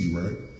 right